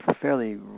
fairly